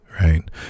right